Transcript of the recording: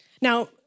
Now